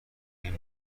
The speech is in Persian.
این